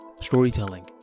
storytelling